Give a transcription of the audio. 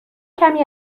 کمی